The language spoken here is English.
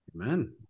amen